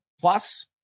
plus